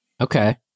Okay